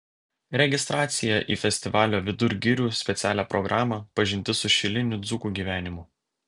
registracija į festivalio vidur girių specialią programą pažintis su šilinių dzūkų gyvenimu